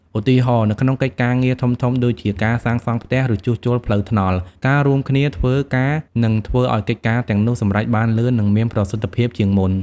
ឧទាហរណ៍ នៅក្នុងកិច្ចការងារធំៗដូចជាការសាងសង់ផ្ទះ ឬជួសជុលផ្លូវថ្នល់ ការរួមគ្នាធ្វើការនឹងធ្វើឱ្យកិច្ចការទាំងនោះសម្រេចបានលឿន និងមានប្រសិទ្ធភាពជាងមុន។